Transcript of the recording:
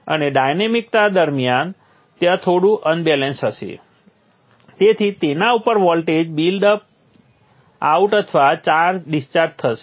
અને ડાયનામિકતા દરમિયાન સંદર્ભ આપો સમય 2517 ત્યાં થોડું અનબેલેન્સ હશે જેથી તેના ઉપરના વોલ્ટેજ બિલ્ટ આઉટ અથવા ડિસ્ચાર્જ થઈ જશે